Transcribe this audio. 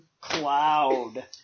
Cloud